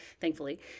thankfully